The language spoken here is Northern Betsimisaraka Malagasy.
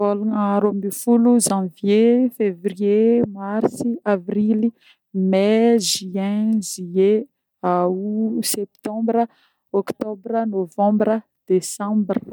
Vôlagna a-rombifolo: Janvier, Février, Marsy, Avrily, May, Juin, Juillet, Août, Septembra, Oktobra, Novembra, Desambra